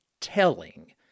telling